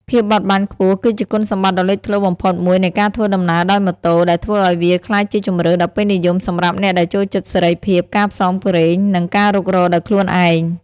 ភាពបត់បែនខ្ពស់ គឺជាគុណសម្បត្តិដ៏លេចធ្លោបំផុតមួយនៃការធ្វើដំណើរដោយម៉ូតូ ដែលធ្វើឱ្យវាក្លាយជាជម្រើសដ៏ពេញនិយមសម្រាប់អ្នកដែលចូលចិត្តសេរីភាព ការផ្សងព្រេង និងការរុករកដោយខ្លួនឯង។